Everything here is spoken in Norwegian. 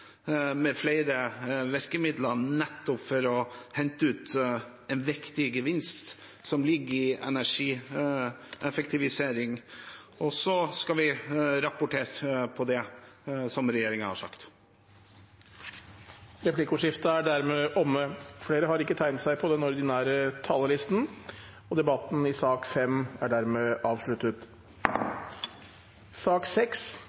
med flere virkemidler, nettopp for å hente ut en viktig gevinst som ligger i energieffektivisering. Og så skal vi rapportere på det regjeringen har sagt. Replikkordskiftet er dermed omme. Flere har ikke